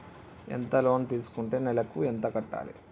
ఎంత లోన్ తీసుకుంటే నెలకు ఎంత కట్టాలి?